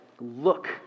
look